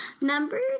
Number